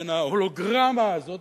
בין ההולוגרמה הזאת,